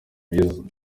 izzle